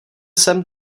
sem